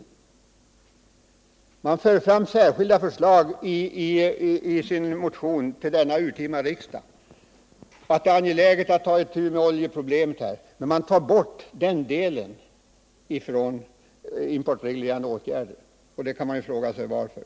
Socialdemokraterna för fram särskilda förslag i sin motion till denna urtima riksdag och påpekar att det är angeläget att vi tar itu med oljeproblemet, men undantar olja och bensin från importreglerande åtgärder. Man kan fråga sig varför.